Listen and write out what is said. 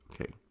Okay